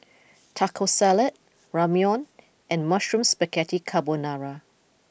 Taco Salad Ramyeon and Mushroom Spaghetti Carbonara